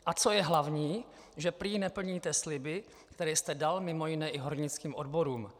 A co je hlavní, že prý neplníte sliby, které jste dal mimo jiné i hornickým odborům.